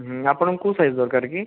ଆପଣଙ୍କୁ କେଉଁ ସାଇଜ୍ ଦରକାର କି